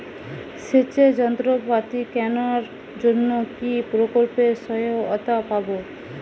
সেচের যন্ত্রপাতি কেনার জন্য কি প্রকল্পে সহায়তা পাব?